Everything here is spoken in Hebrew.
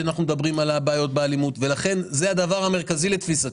וזה הדבר המרכזי לתפיסתי: